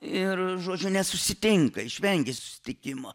ir žodžiu nesusitinka išvengia susitikimo